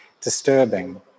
disturbing